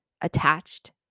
attached